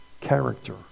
character